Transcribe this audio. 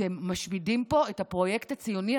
אתם משמידים פה את הפרויקט הציוני.